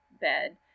bed